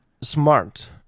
smart